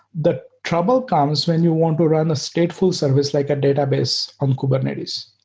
the trouble comes when you want to run a stateful service, like a database on kubernetes.